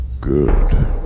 good